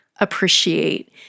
appreciate